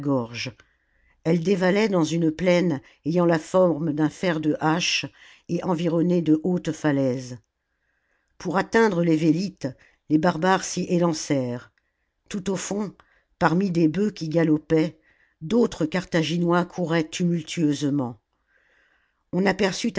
elle dévalait dans une plaine ayant la forme d'un fer de hache et environnée de hautes falaises pour atteindre les vélites les barbares s'y élancèrent tout au fond parmi des bœufs qui galopaient d'autres carthaginois couraient tumultueusement on aperçut